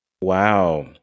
Wow